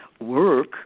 work